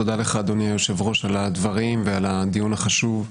תודה לך אדוני היושב-ראש על הדברים ועל הדיון החשוב.